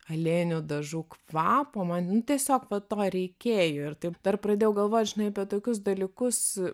aliejinių dažų kvapo man nu tiesiog va to reikėjo ir taip dar pradėjau galvot žinai apie tokius dalykus